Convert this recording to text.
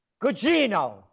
Gugino